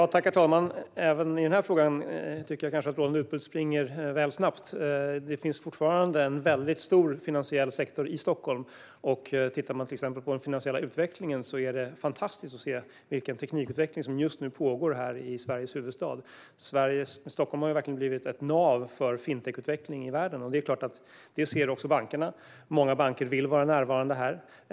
Herr talman! Även i denna fråga tycker jag kanske att Roland Utbult springer väl snabbt. Det finns fortfarande en väldigt stor finansiell sektor i Stockholm. Tittar man till exempel på den finansiella utvecklingen är det fantastiskt att se den teknikutveckling som just nu pågår här i Sveriges huvudstad. Stockholm har verkligen blivit ett nav för fintechutveckling i världen. Det är klart att även bankerna ser detta. Många banker vill vara närvarande här.